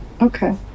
Okay